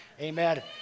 Amen